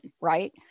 right